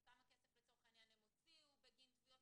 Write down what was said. כמה כסף לצורך העניין הם הוציאו בגין תביעות.